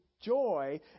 joy